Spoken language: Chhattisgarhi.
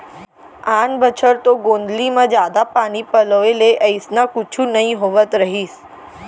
आन बछर तो गोंदली म जादा पानी पलोय ले अइसना कुछु नइ होवत रहिस